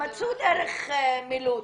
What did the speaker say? מצאו דרך מילוט.